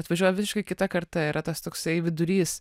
atvažiuoja visiškai kita karta yra tas toksai vidurys